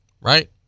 Right